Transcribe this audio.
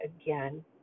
again